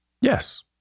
Yes